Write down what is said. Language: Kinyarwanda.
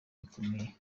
bikomeye